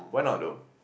why not though